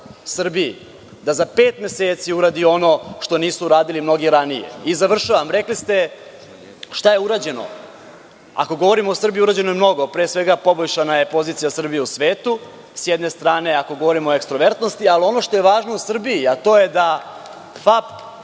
da za pet meseci uradi ono što nisu uradili mnogi ranije. Rekli ste - šta je urađeno? Ako govorimo o Srbiji, urađeno je mnogo. Pre svega, poboljšana je pozicija Srbije u svetu, s jedne strane, ako govorimo o ekstrovertnosti, ali ono što je važno Srbiji, a to je da FAP,